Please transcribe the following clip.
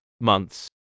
months